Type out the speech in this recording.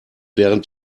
während